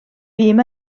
bum